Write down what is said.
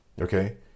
Okay